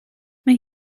mae